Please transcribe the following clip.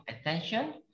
attention